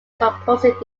composite